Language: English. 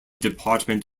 department